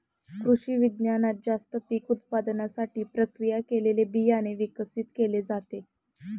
कृषिविज्ञानात जास्त पीक उत्पादनासाठी प्रक्रिया केलेले बियाणे विकसित केले जाते